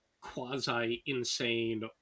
quasi-insane